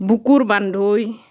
বুকুৰ বান্ধৈ